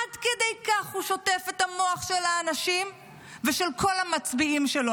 עד כדי כך הוא שוטף את המוח של האנשים ושל כל המצביעים שלו,